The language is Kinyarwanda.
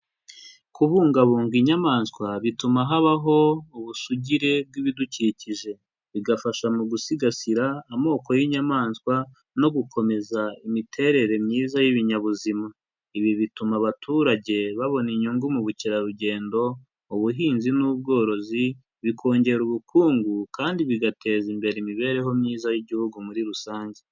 Kubungabunga inyamaswa bituma habaho ubusugire bw'ibidukikije. Bigafasha mu gusigasira amoko y'inyamaswa no gukomeza imiterere myiza y'ibinyabuzima. Ibi bituma abaturage babona inyungu mu bukerarugendo, ubuhinzi n'ubworozi, bikongera ubukungu kandi bigateza imbere imibereho myiza y'Igihugu muri rusange.